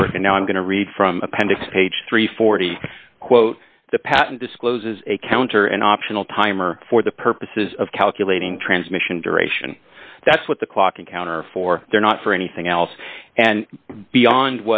court and now i'm going to read from appendix page three hundred and forty quote the patent discloses a counter an optional timer for the purposes of calculating transmission duration that's what the clock encounter for they're not for anything else and beyond